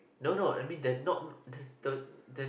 no no I mean that not the there's